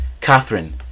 Catherine